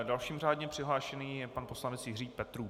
Dalším řádně přihlášeným je pan poslanec Jiří Petrů.